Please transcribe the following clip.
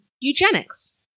eugenics